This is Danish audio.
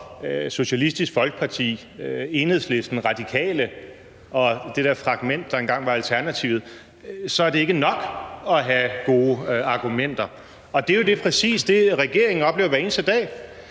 Socialistisk Folkeparti, Enhedslisten, Radikale og det der fragment, der engang var Alternativet, så er det ikke nok at have gode argumenter. Det er jo præcis det, regeringen oplever hver eneste dag.